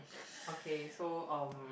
okay so um